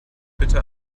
bitte